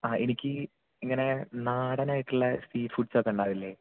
ആ എനിക്ക് ഇങ്ങനെ നാടൻ ആയിട്ടുള്ള ഈ ഫുഡ്സൊക്കെ ഉണ്ടാവില്ലേ